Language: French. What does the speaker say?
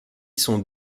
sont